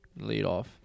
Leadoff